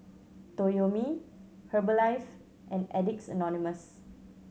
Toyomi Herbalife and Addicts Anonymous